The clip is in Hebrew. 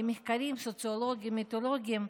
כי מחקרים סוציולוגיים מיתולוגיים,